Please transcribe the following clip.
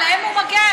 עליהם הוא מגן.